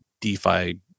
DeFi